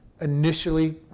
initially